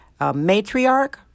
matriarch